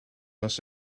was